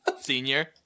Senior